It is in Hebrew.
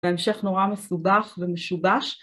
בהמשך נורא מסובך ומשובש.